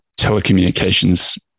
telecommunications